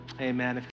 amen